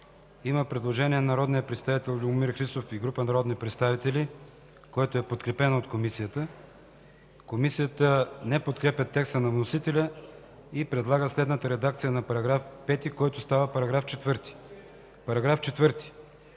Има предложение от народния представител Любомир Христов и група народни представители, което е подкрепено от Комисията. Комисията не подкрепя текста на вносителя и предлага следната редакция на § 5, който става § 4: „§ 4.